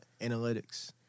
analytics